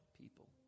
people